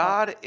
God